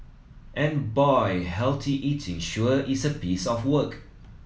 and boy healthy eating sure is a piece of work